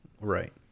Right